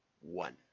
One